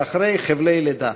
שאחרי חבלי הלידה.